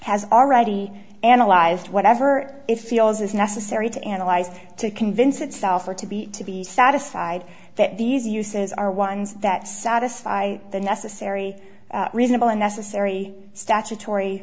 has already analyzed whatever it feels is necessary to analyze to convince itself or to be to be satisfied that these uses are ones that satisfy the necessary reasonable and necessary statutory